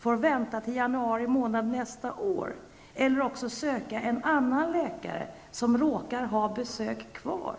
får vänta till januari månad nästa år, eller söka annan läkare som råkar ''ha besök kvar''.